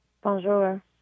Bonjour